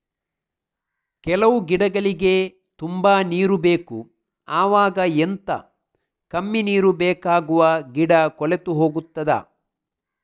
ಕೆಲವು ಗಿಡಗಳಿಗೆ ತುಂಬಾ ನೀರು ಬೇಕು ಅವಾಗ ಎಂತ, ಕಮ್ಮಿ ನೀರು ಬೇಕಾಗುವ ಗಿಡ ಕೊಳೆತು ಹೋಗುತ್ತದಾ?